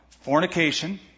fornication